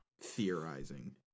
theorizing